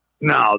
No